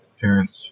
parents